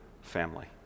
family